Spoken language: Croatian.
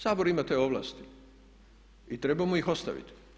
Sabor ima te ovlasti i treba mu ih ostaviti.